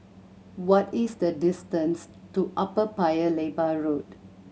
what is the distance to Upper Paya Lebar Road